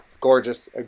gorgeous